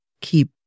keep